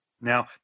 Now